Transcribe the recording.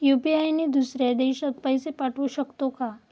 UPI ने दुसऱ्या देशात पैसे पाठवू शकतो का?